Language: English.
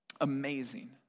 amazing